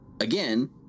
again